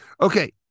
okay